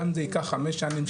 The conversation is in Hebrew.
גם אם זה ייקח חמש שנים,